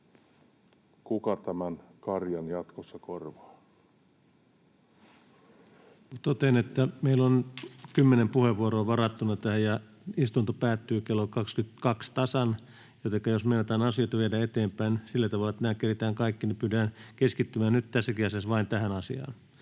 Time: 21:46 Content: Totean, että meillä on kymmenen puheenvuoroa varattuna ja istunto päättyy kello 22 tasan, jotenka jos meinataan asioita viedä eteenpäin sillä tavalla, että nämä keretään kaikki, niin pyydän keskittymään nyt tässäkin asiassa vain tähän asiaan.